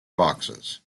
boxes